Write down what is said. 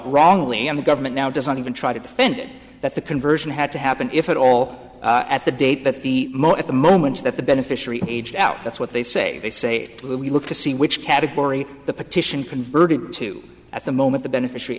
wrongly and the government now doesn't even try to defend it that the conversion had to happen if at all at the date that the moment the moment that the beneficiary age out that's what they say they say we look to see which category the petition converted to at the moment the beneficia